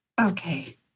Okay